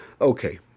okay